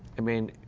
i mean,